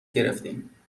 گرفتیم